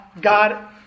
God